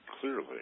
clearly